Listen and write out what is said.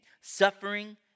suffering